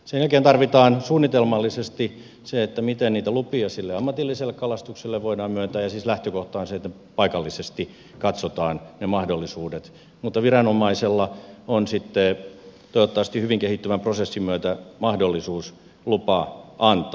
sen jälkeen tarvitaan suunnitelmallisesti se miten niitä lupia sille ammatilliselle kalastukselle voidaan myöntää ja siis lähtökohta on se että paikallisesti katsotaan ne mahdollisuudet mutta viranomaisella on sitten toivottavasti hyvin kehittyvän prosessin myötä mahdollisuus lupa antaa